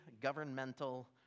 governmental